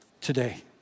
today